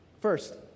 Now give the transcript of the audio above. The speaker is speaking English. First